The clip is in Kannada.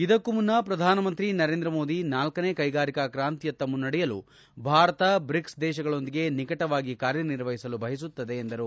ಇದಕ್ಕೂ ಮುನ್ನ ಪ್ರಧಾನಮಂತ್ರಿ ನರೇಂದ್ರ ಮೋದಿ ನಾಲ್ಕನೇ ಕೈಗಾರಿಕಾ ಕ್ರಾಂತಿಯತ್ತ ಮುನ್ನೆಡೆಯಲು ಭಾರತ ಬ್ರಿಕ್ಸ್ ದೇಶಗಳೊಂದಿಗೆ ನಿಕಟವಾಗಿ ಕಾರ್ಯನಿರ್ವಹಿಸಲು ಬಯಸುತ್ತದೆ ಎಂದರು